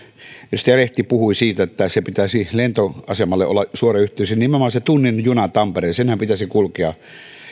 edustaja lehti puhui siitä että lentoasemalle pitäisi olla suora yhteys ja nimenomaan se tunnin juna tampereelle senhän pitäisi kulkea